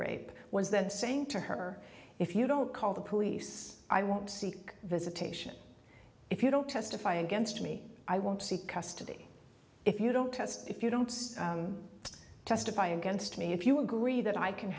rape was the same to her if you don't call the police i won't seek visitation if you don't testify against me i won't seek custody if you don't trust if you don't testify against me if you agree that i can